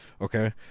Okay